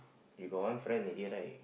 you got one friend already right